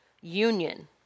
union